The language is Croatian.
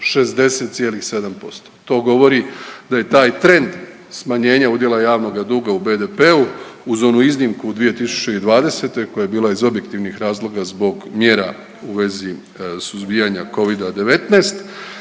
60,7% to govori da je taj trend smanjenja udjela javnoga duga u BDP-u uz onu iznimku u 2020. koja je bila iz objektivnih razloga zbog mjera u vezi suzbijanja Covida-19